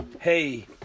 hey